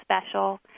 special